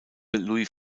louis